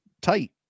tight